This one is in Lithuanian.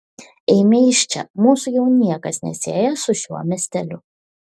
eime iš čia mūsų jau niekas nesieja su šiuo miesteliu